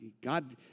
God